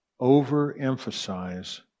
overemphasize